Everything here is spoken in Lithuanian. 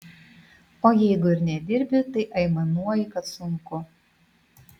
o jeigu ir nedirbi tai aimanuoji kad sunku